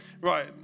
right